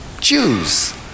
Jews